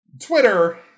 Twitter